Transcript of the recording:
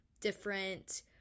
different